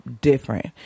different